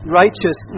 righteous